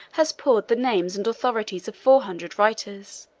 has poured the names and authorities of four hundred writers.